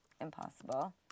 impossible